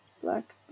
black